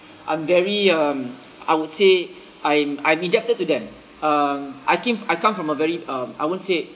I'm very um I would say I'm I'm indebted to them um I came I come from a very um I won't say